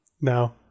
No